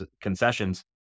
concessions